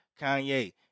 Kanye